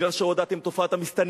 מפני שעודדתם את תופעת המסתננים,